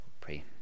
Pray